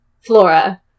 Flora